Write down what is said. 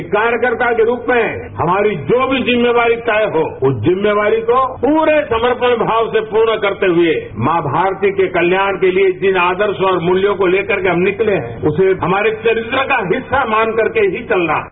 एक कार्यकर्ता के रूप में हमारी जो भी जिम्मेवारी तय हो उस जिम्मेवारी को पूरे समर्फण भाव से पूर्ण करते हुए मां भारती के कल्याण के लिए जिन आदर्श और मूल्यों को ले करके हम निकले हैं उसे हमारे चरित्र का हिस्सा मान करके ही चलना है